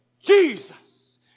Jesus